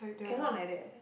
cannot like that